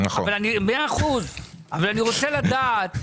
אבל אני רוצה לדעת,